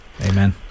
Amen